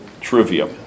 trivia